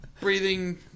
breathing